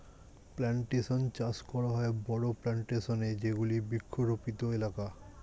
plantation চাষ করা হয় বড়ো প্লানটেশন এ যেগুলি বৃক্ষরোপিত এলাকা